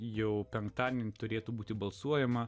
jau penktadienį turėtų būti balsuojama